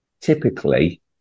typically